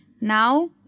now